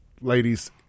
ladies